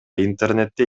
интернетте